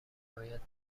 باید